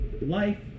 life